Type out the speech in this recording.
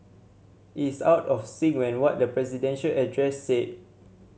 it is out of sync when what the presidential address said